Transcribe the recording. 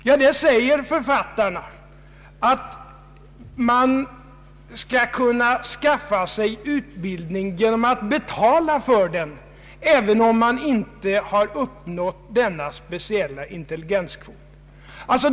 Ja, här säger författaren att man skall kunna skaffa sig utbildning genom att betala för den, även om man inte har uppnått denna speciella intelligenskvot.